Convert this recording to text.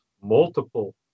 multiple